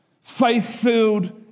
Faith-filled